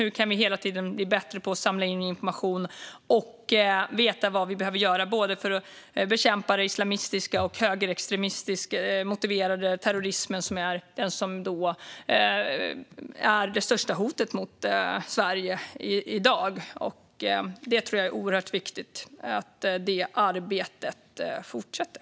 De ser på hur vi kan bli bättre på att samla in information och veta vad vi behöver göra för att bekämpa både den islamistiska och den högerextremistiskt motiverade terrorismen som är det största hotet mot Sverige i dag. Jag tror att det är oerhört viktigt att det arbetet fortsätter.